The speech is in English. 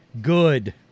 Good